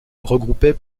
regroupait